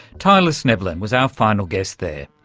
tyler schnoebelen was our final guest there,